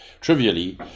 trivially